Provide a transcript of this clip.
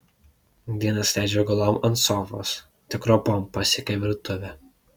dienas leidžia gulom ant sofos tik ropom pasiekia virtuvę